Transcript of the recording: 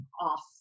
off